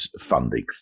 funding